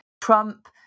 Trump